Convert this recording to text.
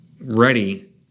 ready